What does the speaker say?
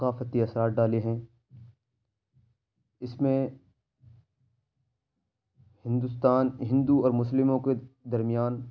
ثقافتی اثرات ڈالے ہیں اس میں ہندوستان ہندو اور مسلموں کے درمیان